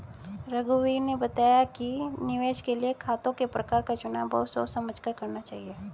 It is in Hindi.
रघुवीर ने बताया कि निवेश के लिए खातों के प्रकार का चुनाव बहुत सोच समझ कर करना चाहिए